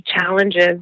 challenges